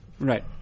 Right